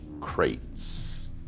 crates